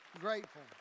Grateful